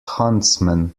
huntsman